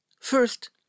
First